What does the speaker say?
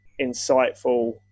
insightful